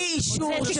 זה שקר.